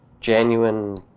genuine